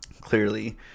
clearly